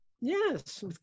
Yes